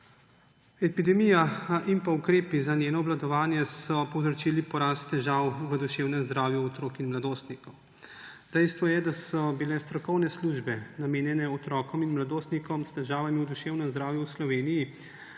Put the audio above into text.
Epidemija in ukrepi za njeno obvladovanje so povzročili porast težav v duševnem zdravju otrok in mladostnikov. Dejstvo je, da so bile strokovne službe, namenjene otrokom in mladostnikom s težavami v duševnem zdravju, v Sloveniji